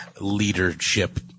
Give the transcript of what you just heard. leadership